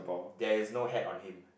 there is no hat on him